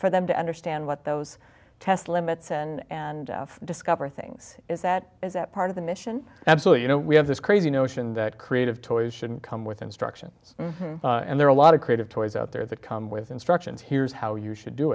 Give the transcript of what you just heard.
for them to understand what those tests limit then and if discover things is that is that part of the mission absolutely you know we have this crazy notion that creative toys shouldn't come with instructions and there are a lot of creative toys out there that come with instructions here's how you should do